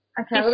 Okay